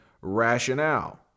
rationale